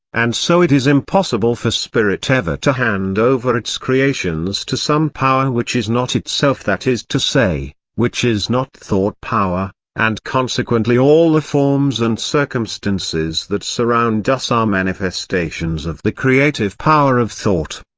and so it is impossible for spirit ever to hand over its creations to some power which is not itself that is to say, which is not thought-power and consequently all the forms and circumstances that surround us are ah manifestations of the creative power of thought.